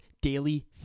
daily